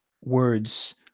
words